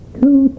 two